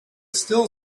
still